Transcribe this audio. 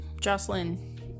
Jocelyn